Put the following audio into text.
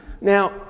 Now